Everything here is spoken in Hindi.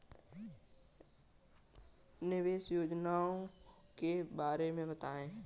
निवेश योजनाओं के बारे में बताएँ?